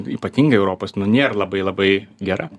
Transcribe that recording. ypatingai europos nu nėr labai labai gera